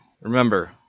Remember